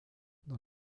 dans